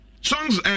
Songs